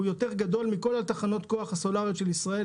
הוא יותר גדול מכל תחנות הכוח הסולאריות של ישראל,